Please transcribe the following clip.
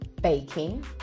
baking